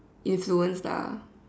influenced lah